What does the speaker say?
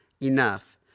enough